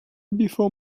before